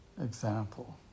example